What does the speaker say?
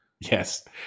Yes